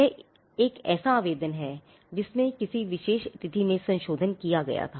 यह एक ऐसा आवेदन है जिसमें किसी विशेष तिथि में संशोधन किया गया था